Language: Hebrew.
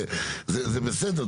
זה בסדר,